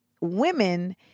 women